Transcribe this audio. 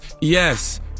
yes